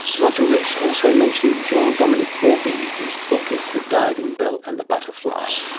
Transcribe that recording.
roger rees also mentioned jean-dominique bauby, whose book is the diving bell and the butterfly.